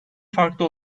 farklı